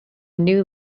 new